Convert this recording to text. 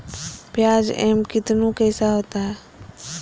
प्याज एम कितनु कैसा होता है?